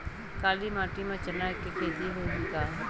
काली माटी म चना के खेती होही का?